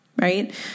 Right